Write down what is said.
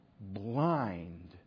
blind